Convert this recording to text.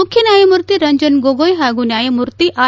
ಮುಖ್ಯ ನ್ಯಾಯಮೂರ್ತಿ ರಂಜನ್ ಗೋಗೊಯ್ ಹಾಗೂ ನ್ಯಾಯಮೂರ್ತಿ ಆರ್